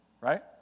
right